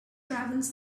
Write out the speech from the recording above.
travels